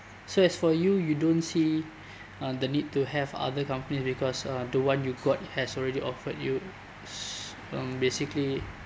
so as for you you don't see uh the need to have other companies because uh the one you got has already offered you s~ um basically